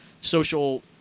Social